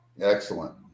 Excellent